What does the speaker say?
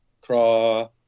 craw